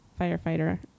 firefighter